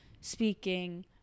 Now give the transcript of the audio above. speaking